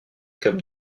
comme